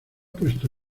puesto